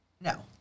No